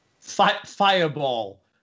Fireball